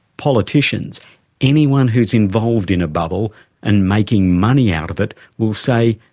politicians anyone who's involved in a bubble and making money out of it will say,